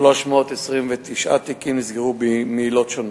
שניים הועברו לפרקליטות ו-329 תיקים נסגרו מעילות שונות.